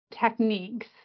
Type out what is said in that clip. techniques